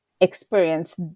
experience